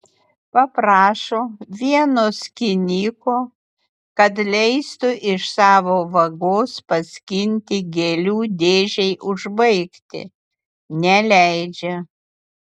paprašo vieno skyniko kad leistų iš savo vagos paskinti gėlių dėžei užbaigti neleidžia